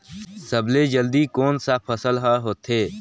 सबले जल्दी कोन सा फसल ह होथे?